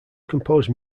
composed